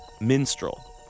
minstrel